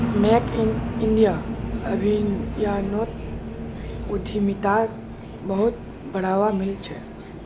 make in India अभियानोत उद्यमिताक बहुत बढ़ावा मिल छ